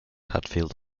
hatfield